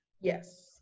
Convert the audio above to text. yes